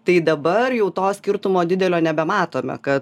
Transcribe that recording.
tai dabar jau to skirtumo didelio nebematome kad